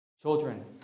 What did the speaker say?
Children